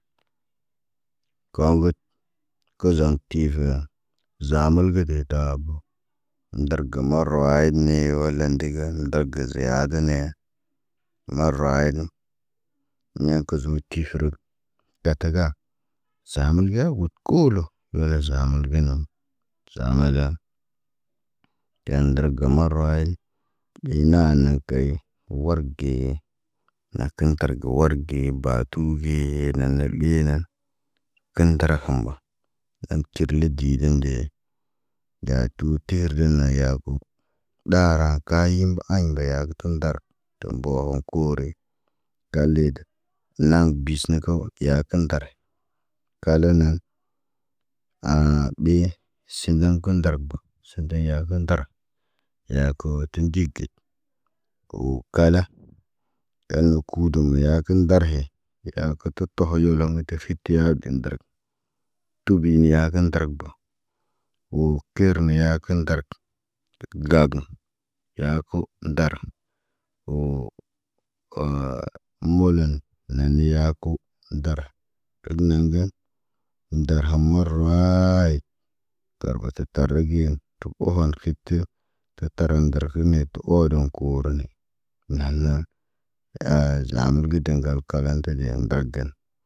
Koo ŋgut, kəzəŋg tivə zaamul ge de tabo. Ndar gə marawaayit ne wala de gə, dərga ziya dene. Marawaayidən ɲe kəzemu tifərək, dataga. Saaməl ge got kuulu, wala zamul ge nam, zamel. Teyandərga marawaayit ɓena na key wor ge. Na kən targa wor ge batu ge na nə ɓenan. Kən ndəra humba, an tir lede inde, yatu terde na yaaku. Ɗara kayimba ay mba yagə tundar. Tombo oŋg kure, kalidə. Naŋg bisna kow yakəndare. Kalənə hesitation, ɓe sindan kə ndargə sindan yakə ndara. Yaa ku ti ndik ge, wo kala, kan mə kudum yakə ndar he. I ak kə tə toho loŋgə tif fi tiha bin dərak. Tubi niya kə ndərak bo, wo kirniya kə ndərak. Gagə, ya ku ndara, wo hesitation, molən gagə yakə ndara. Neena yaku ndara kəgə naŋgən, ndarham marawaayi. Tarbata tarigen, tə ohon kifti, tə taran garkime tə oroŋg korone. Naana, hesitation, zaham gə də ŋgal kalan tə den ŋgargan.